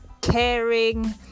caring